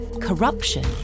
corruption